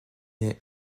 naît